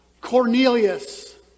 Cornelius